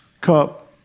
cup